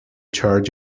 charge